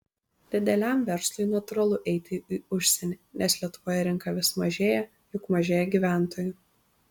dideliam verslui natūralu eiti į užsienį nes lietuvoje rinka vis mažėja juk mažėja gyventojų